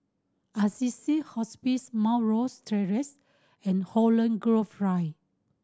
Assisi Hospice Mount Rosie Terrace and Holland Grove